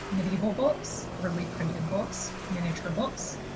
medieval books, early printed books, miniature books,